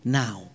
now